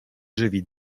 żywili